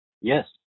Yes